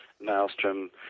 Maelstrom